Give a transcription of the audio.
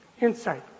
insight